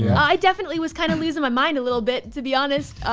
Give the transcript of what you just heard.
i definitely was kind of losing my mind a little bit, to be honest,